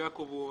יעקב שהוא